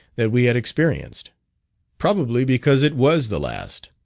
that we had experienced probably, because it was the last.